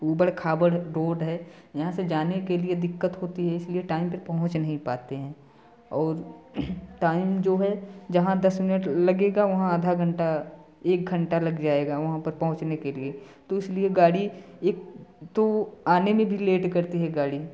ऊबड़ खाबड़ रोड है यहाँ से जाने के लिए दिक्कत होती है इसलिए टाइम पर पहुँच नहीं पाते है और टाइम जो है जहाँ दस मिनट लगेगा वहाँ आधा घंटा एक घंटा लग जाएगा वहाँ पर पहुँचने के लिए तो इसलिए गाड़ी एक तो आने में भी लेट करती है गाड़ी